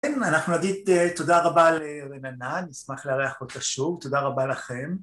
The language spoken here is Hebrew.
אנחנו נגיד תודה רבה לרננה, נשמח לארח אותה שוב, תודה רבה לכם.